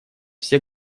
все